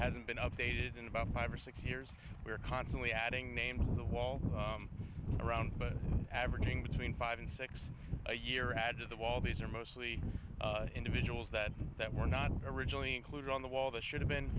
hasn't been updated in about five or six years we are constantly adding names on the wall around but averaging between five and six a year added the wall these are mostly individuals that that were not originally included on the wall that should have been